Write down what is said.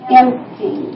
empty